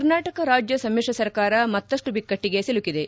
ಕರ್ನಾಟಕ ರಾಜ್ಯ ಸಮ್ಮಿಶ್ರ ಸರ್ಕಾರ ಮತ್ತಷ್ಟು ಬಿಕ್ಕಟ್ಟಿಗೆ ಸಿಲುಕಿದೆ